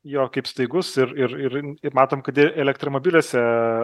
jo kaip staigus ir ir ir matom kad ir elektromobiliuose